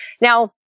Now